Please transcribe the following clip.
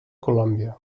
colòmbia